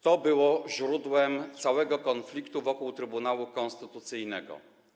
To było źródłem całego konfliktu wokół Trybunału Konstytucyjnego.